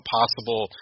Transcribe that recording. possible